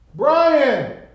Brian